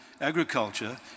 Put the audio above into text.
agriculture